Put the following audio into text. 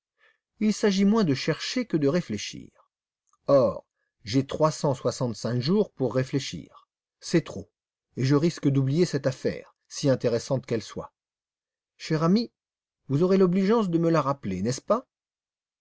il s'agit moins de chercher que de réfléchir or j'ai trois cent soixante-cinq jours pour réfléchir c'est beaucoup trop et je risque d'oublier cette affaire si intéressante qu'elle soit cher ami vous aurez l'obligeance de me la rappeler n'est-ce pas